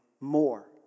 more